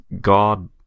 God